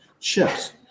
chips